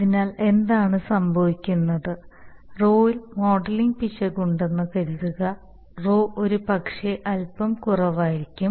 അതിനാൽ എന്താണ് സംഭവിക്കുന്നത് Rho യിൽ മോഡലിംഗ് പിശക് ഉണ്ടെന്ന് കരുതുക Rho ഒരുപക്ഷേ അല്പം കുറവായിരിക്കും